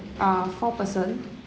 ah four person